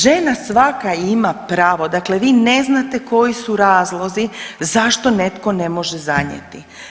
Žena svaka ima pravo, dakle vi ne znate koji su razlozi zašto netko ne može zanijeti.